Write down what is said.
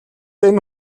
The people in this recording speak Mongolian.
энэ